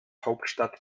hauptstadt